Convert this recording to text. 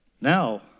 Now